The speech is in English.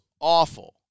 awful